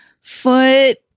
foot